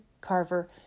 Carver